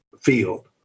field